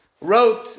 wrote